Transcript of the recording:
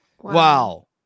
Wow